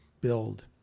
build